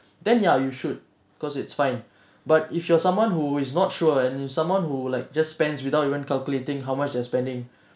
then ya you should cause it's fine but if you're someone who is not sure and is someone who like just spends without even calculating how much you're spending